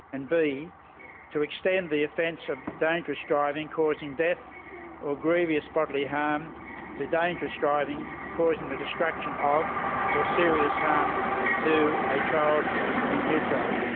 and but to extend the offence of dangerous driving causing death or grievous bodily harm to dangerous driving cause and the destruction of or serious harm to a child in utero.